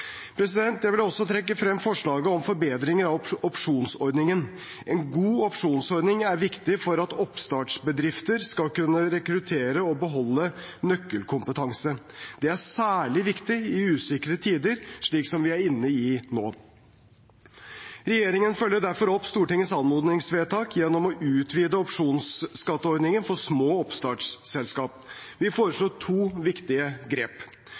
Jeg vil også trekke frem forslaget om forbedringer av opsjonsordningen. En god opsjonsordning er viktig for at oppstartsbedrifter skal kunne rekruttere og beholde nøkkelkompetanse. Det er særlig viktig i usikre tider, slik som vi nå er inne i. Regjeringen følger derfor opp Stortingets anmodningsvedtak gjennom å utvide opsjonskatteordningen for små oppstartsselskap. Vi foreslår to viktige grep: